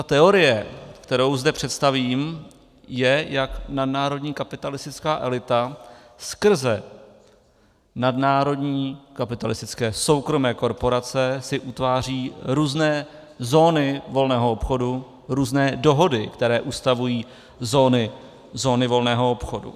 Teorie, kterou zde představím, je, jak nadnárodní kapitalistická elita skrze nadnárodní kapitalistické soukromé korporace si utváří různé zóny volného obchodu, různé dohody, které ustavují zóny volného obchodu.